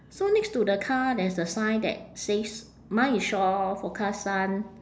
so next to the car there's a sign that says mine is shore forecast sun